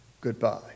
goodbye